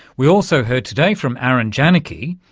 we also heard today from aaron janicki,